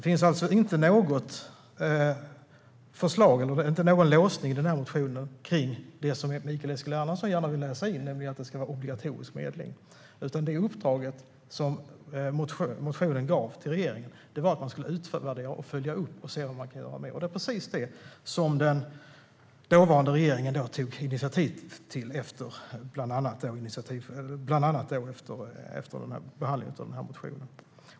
I motionen finns alltså ingen låsning kring det Mikael Eskilandersson gärna vill läsa in, nämligen att det ska vara obligatorisk medling. Det uppdrag man i motionen ville ge regeringen var att utvärdera detta, följa upp och se vad man kan göra med det. Det var också precis det den dåvarande regeringen tog initiativ till, bland annat efter behandlingen av den motionen.